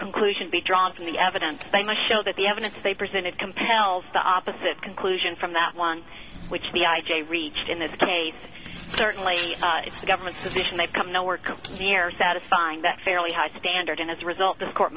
conclusion be drawn from the evidence they might show that the evidence they presented compels the opposite conclusion from that one which the i j a reached in this case certainly it's the government's decision they've come no work we're satisfying that fairly high standard and as a result this court